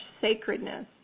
sacredness